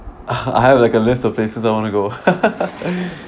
I have like a list of places I want to go